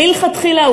מלכתחילה,